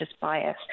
bias